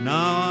Now